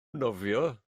nofio